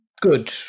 good